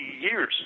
years